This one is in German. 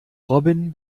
robin